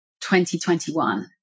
2021